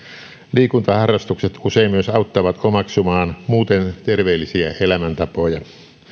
liikuntaharrastukset usein myös auttavat omaksumaan muuten terveellisiä elämäntapoja